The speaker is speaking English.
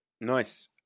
Nice